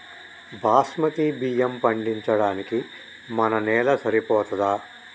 బాస్మతి బియ్యం పండించడానికి మన నేల సరిపోతదా?